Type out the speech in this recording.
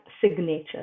signature